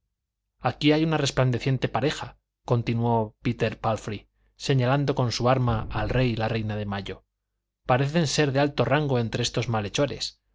aquí hay una resplandeciente pareja continuó péter pálfrey señalando con su arma al rey y la reina de mayo parecen ser de alto rango entre estos malhechores